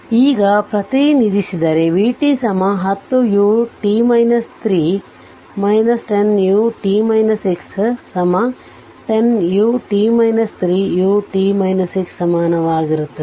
ಆದ್ದರಿಂದ ಈಗ ಪ್ರತಿನಿಧಿಸಿದರೆ v 10 u 10 u10uu ಸಮಾನವಾಗಿರುತ್ತದೆ